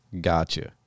gotcha